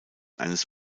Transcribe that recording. eines